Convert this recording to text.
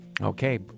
Okay